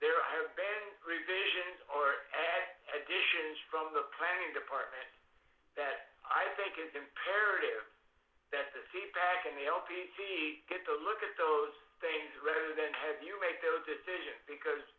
there i've been revisions or additions from the planning department that i think it is imperative that the feedback and the opi he get to look at those things rather than have you make those decisions because